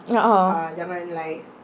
uh uh